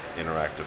interactive